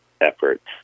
efforts